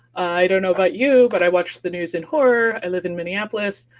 i don't know about you, but i watched the news in horror. i live in minneapolis,